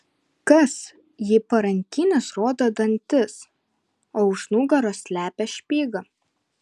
kas jei parankinis rodo dantis o už nugaros slepia špygą